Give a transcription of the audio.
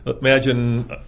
imagine